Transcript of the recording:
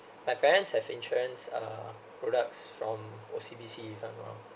my parents have insurance (uh)products from O_C_B_C if I'm not wrong